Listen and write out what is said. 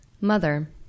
Mother